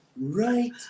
Right